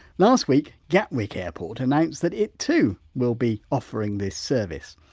last week gatwick airport announced that it too will be offering this service.